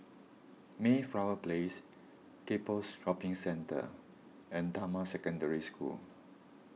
Mayflower Place Gek Poh's Shopping Centre and Damai Secondary School